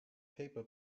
paper